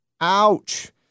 Ouch